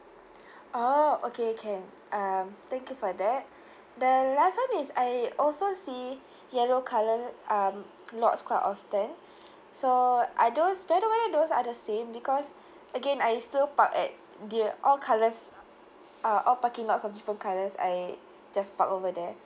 orh okay can um thank you for that the last [one] is I also see yellow colour um lots quite often so are those whether [one] and those are the same because again I still park at the all colours uh all parking lots of different colours I just park over there